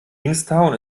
kingstown